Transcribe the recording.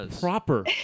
proper